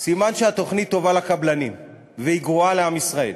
סימן שהתוכנית טובה לקבלנים וגרועה לעם ישראל.